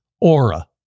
Aura